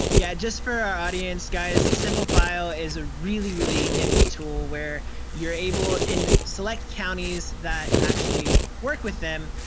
yeah, just for our audience, guys, simple file is a really, really nifty tool where you're able, in select counties that actually work with them,